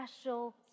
special